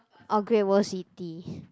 or Great-World-City